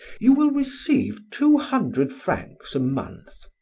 you will receive two hundred francs a months,